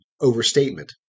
overstatement